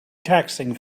taxing